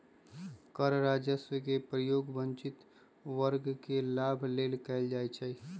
कर राजस्व के प्रयोग वंचित वर्ग के लाभ लेल कएल जाइ छइ